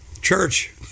Church